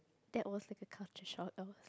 that was like a culture shock though